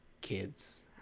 kids